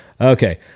Okay